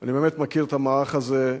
אני באמת מכיר את המערך הזה.